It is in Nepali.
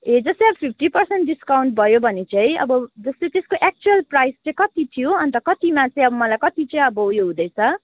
ए जस्तै अब फिफ्टी पर्सेन्ट डिस्काउन्ट भयो भने चाहिँ अब त्यसको एक्चुअल प्राइस चाहिँ कति थियो अन्त कतिमा चाहिँ मलाई अब कति चाहिँ उयो हुँदैछ